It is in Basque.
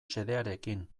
xedearekin